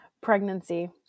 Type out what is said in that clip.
Pregnancy